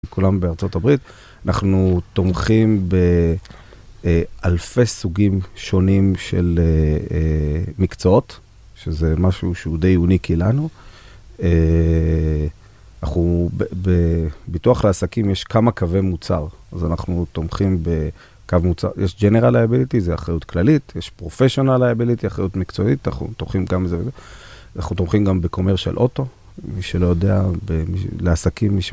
כולם בארצות הברית, אנחנו תומכים באלפי סוגים שונים של מקצועות, שזה משהו שהוא די אוניקי לנו. בביטוח לעסקים יש כמה קווי מוצר, אז אנחנו תומכים בקו מוצר. יש General Liability, זו אחריות כללית, יש Professional Liability, אחריות מקצועית, אנחנו תומכים גם בזה. אנחנו תומכים גם ב commercial auto, מי שלא יודע, לעסקים.